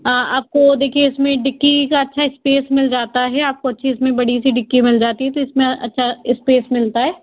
आप को देखिए इस में डिक्की का अच्छा स्पेस मिल जाता है आपको इसमें अच्छी बड़ी सी डिक्की मिल जाती है जिसमें अच्छा स्पेस मिलता है